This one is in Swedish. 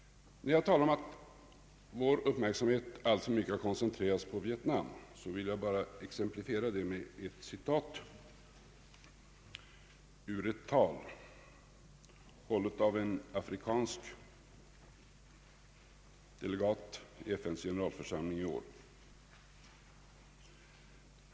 När jag säger att vår uppmärksamhet alltför mycket koncentrerats på Vietnam, så vill jag exemplifiera detta med ett citat ur ett tal av en afrikansk delegat vid FN:s generalförsamling i år.